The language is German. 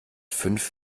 fünf